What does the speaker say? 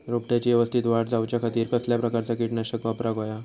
रोपट्याची यवस्तित वाढ जाऊच्या खातीर कसल्या प्रकारचा किटकनाशक वापराक होया?